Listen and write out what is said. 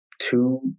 Two